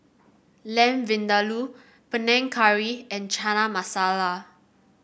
Lamb Vindaloo Panang Curry and Chana Masala